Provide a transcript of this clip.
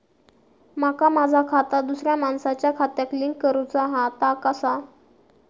माका माझा खाता दुसऱ्या मानसाच्या खात्याक लिंक करूचा हा ता कसा?